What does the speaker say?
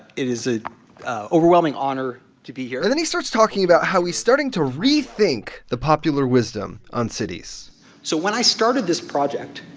it is an overwhelming honor to be here and then he starts talking about how he's starting to rethink the popular wisdom on cities so when i started this project,